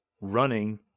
running